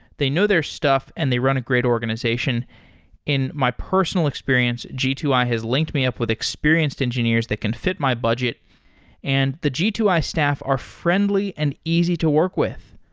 they know their stuff and they run a great organization in my personal experience, g two i has linked me up with experienced engineers that can fit my budget and the g two i staff are friendly and easy to work with.